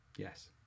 Yes